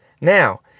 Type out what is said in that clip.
Now